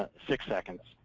ah six seconds.